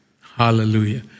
Hallelujah